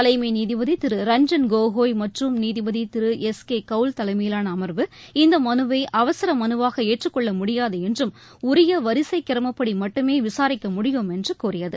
தலைமை நீதிபதி திரு ரஞ்ஜன் கோகோய் மற்றும் நீதிபதி திரு எஸ் கே கௌல் தலைமையிலான அமர்வு இந்த மனுவை அவசர மனுவாக ஏற்றுக் கொள்ள முடியாது என்றும் உரிய வரிசை கிரமப்படி மட்டுமே விசாரிக்க முடியும் என்றும் கூறியது